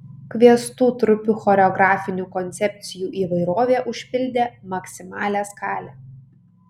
kviestų trupių choreografinių koncepcijų įvairovė užpildė maksimalią skalę